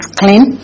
clean